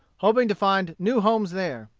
hoping to find new homes there.